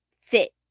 fit